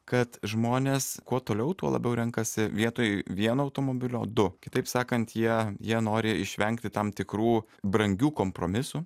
kad žmonės kuo toliau tuo labiau renkasi vietoj vieno automobilio du kitaip sakant jie jie nori išvengti tam tikrų brangių kompromisų